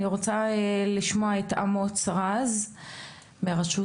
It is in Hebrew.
אני רוצה לשמוע את אמוץ רז מהרשות